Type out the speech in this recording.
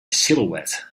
silhouette